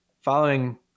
following